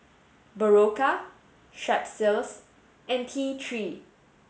Berocca Strepsils and T three